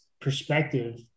perspective